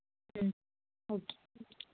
ம் okay okay